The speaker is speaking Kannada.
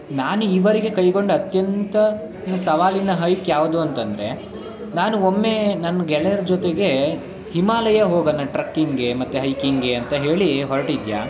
ನಾನು ಈವರೆಗೆ ಕೈಗೊಂಡ ಅತ್ಯಂತ ಸವಾಲಿನ ಹೈಕ್ ಯಾವುದು ಅಂತಂದರೆ ನಾನು ಒಮ್ಮೆ ನನ್ನ ಗೆಳೆಯರ ಜೊತೆಗೆ ಹಿಮಾಲಯ ಹೋಗಣ ಟ್ರಕ್ಕಿಂಗ್ಗೆ ಮತ್ತು ಹೈಕಿಂಗ್ಗೆ ಅಂತ ಹೇಳಿ ಹೊರ್ಟಿದ್ಯ